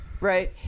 right